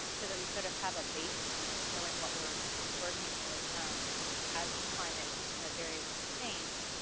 so that we sort of have a baseline, knowing what we're working with as climate variables change.